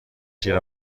شیر